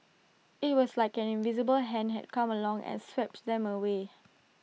IT was like an invisible hand had come along and swept them away